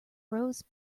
rose